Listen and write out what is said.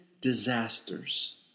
disasters